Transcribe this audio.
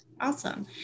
Awesome